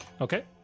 Okay